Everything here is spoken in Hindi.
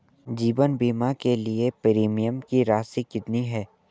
जीवन बीमा के लिए प्रीमियम की राशि कितनी है?